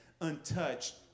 untouched